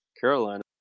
Carolina